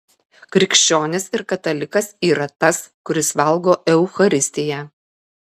krikščionis ir katalikas yra tas kuris valgo eucharistiją